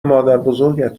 مادربزرگت